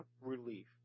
relief